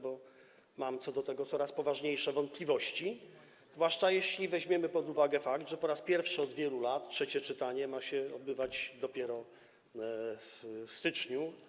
Bo mam co do tego coraz poważniejsze wątpliwości, zwłaszcza jeśli weźmiemy pod uwagę fakt, że po raz pierwszy od wielu lat trzecie czytanie ma się odbywać dopiero w styczniu.